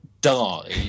die